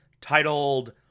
titled